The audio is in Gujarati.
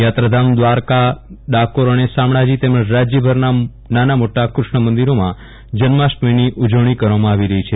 યાત્રાધામ દ્વારકા ડાકોર અને શામળાજી તેમજ રાજ્યભરના નાના મોટા ક્રષ્ણ મંદિરોમાં જન્માષ્ટમીની ઉજવણી કરવામાં આવી રહી છે